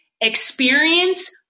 Experience